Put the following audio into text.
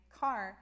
car